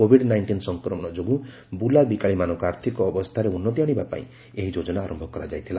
covid nineteen ସଂକ୍ରମଣ ଯୋଗୁଁ ବୁଲାବିକାଳିମାନଙ୍କ ଆର୍ଥିକ ଅବସ୍ଥାରେ ଉନ୍ନତି ଆଣିବା ପାଇଁ ଏହି ଯୋଜନା ଆରମ୍ଭ କରାଯାଇଥିଲା